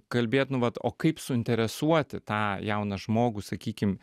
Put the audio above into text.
kalbėt nu vat o kaip suinteresuoti tą jauną žmogų sakykim